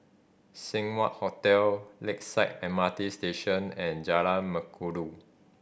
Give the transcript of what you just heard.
Seng Wah Hotel Lakeside M R T Station and Jalan Mengkudu